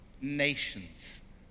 nations